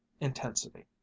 intensity